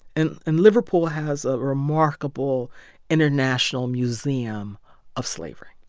and and liverpool has a remarkable international museum of slavery.